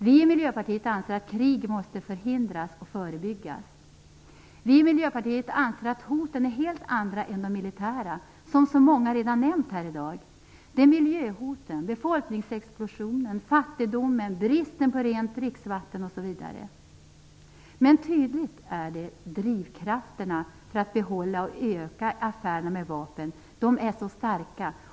Vi i Miljöpartiet anser att krig måste förhindras och förebyggas. Vi i Miljöpartiet anser att hoten är helt andra än de militära, de som många redan nämnt här i dag. Det är miljöhoten, befolkningsexplosionen, fattigdomen, bristen på rent dricksvatten osv. Men tydligen är drivkrafterna för att behålla och öka affärerna med vapen enormt starka.